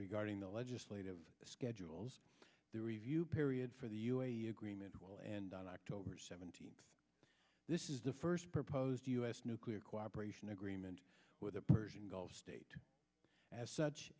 regarding the legislative schedules the review period for the u a e agreement will end on october seventeenth this is the first proposed u s nuclear cooperation agreement with the persian gulf state as such